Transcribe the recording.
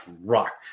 rock